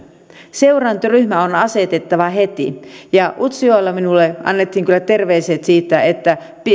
seurantaryhmä on asetettava heti utsjoella minulle annettiin kyllä terveiset siitä että